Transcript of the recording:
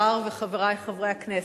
השר וחברי חברי הכנסת,